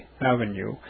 Avenue